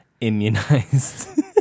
immunized